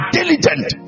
diligent